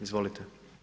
Izvolite.